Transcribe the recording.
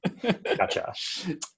Gotcha